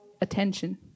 attention